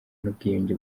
n’ubwiyunge